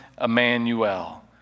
Emmanuel